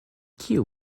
kiu